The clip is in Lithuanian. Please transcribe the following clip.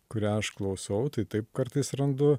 kurią aš klausau tai taip kartais randu